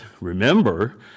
remember